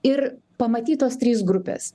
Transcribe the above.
ir pamatytos trys grupės